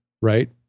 right